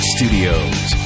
Studios